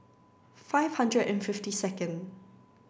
five hundred and fifty second